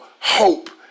hope